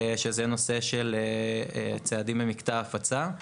שזה נושא של צעדים למקטע הפצה.